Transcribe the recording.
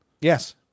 yes